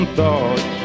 thoughts